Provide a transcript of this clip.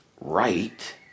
right